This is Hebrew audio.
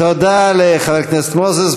תודה לחבר הכנסת מוזס.